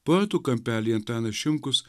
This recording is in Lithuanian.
poetų kampely antanas šimkus